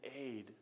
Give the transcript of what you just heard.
aid